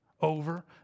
over